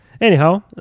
Anyhow